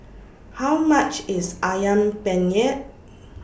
How much IS Ayam Penyet